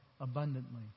abundantly